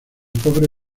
cobre